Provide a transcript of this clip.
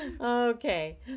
Okay